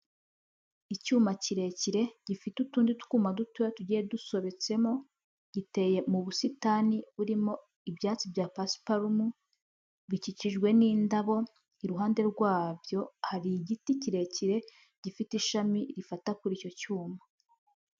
Icyuma kirekire gifite utundi twuma duto tugiye dusobetsemo, giteye mu busitani burimo ibyatsi ibyatsi bya pasiparumu, bikikijwe n'indabo iruhande rwabyo hari igiti kirekire gifite ishami rifata kuri icyo cyuma.